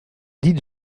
dites